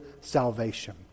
salvation